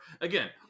Again